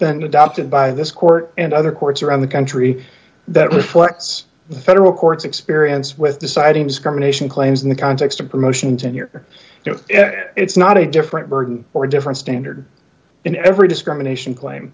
been adopted by this court and other courts around the country that reflects the federal courts experience with deciding discrimination claims in the context of promotion tenure you know it's not a different burden or a different standard in every discrimination claim